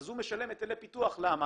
אז הוא משלם היטלי פיתוח, למה?